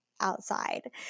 outside